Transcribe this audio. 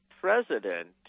president